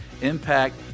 impact